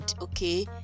okay